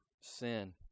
sin